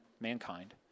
mankind